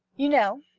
you know,